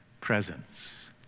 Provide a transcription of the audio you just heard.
presence